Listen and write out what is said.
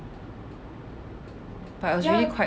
but was really quite